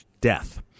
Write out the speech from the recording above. death